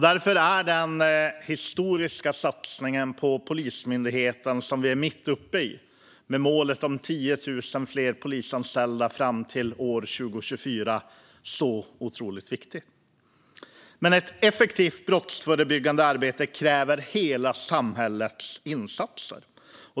Därför är den historiska satsning på Polismyndigheten som vi är mitt uppe i, med målet om 10 000 fler polisanställda fram till år 2024, otroligt viktig. Men ett effektivt brottsförebyggande arbete kräver hela samhällets insatser.